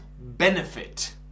benefit